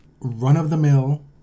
run-of-the-mill